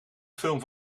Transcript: film